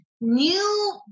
new